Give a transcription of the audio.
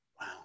Wow